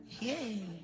yay